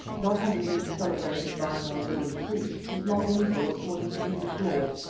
not having been celebrated by an ordained priest, was not legal according to english law,